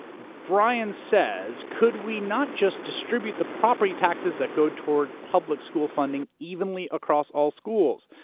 brian says, could we not just distribute the property taxes that go toward public school funding evenly across all schools?